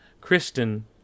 Kristen